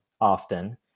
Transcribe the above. often